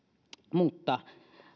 mutta